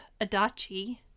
Adachi